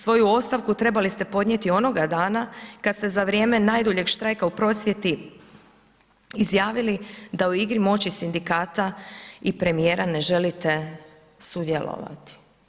Svoju ostavku trebali ste podnijeti onoga dana kad ste za vrijeme najduljeg štrajka u prosvjeti izjavili da u igri moći sindikata i premijera ne želite sudjelovati.